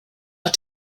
are